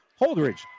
Holdridge